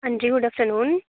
अंजी good afternoon